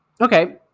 okay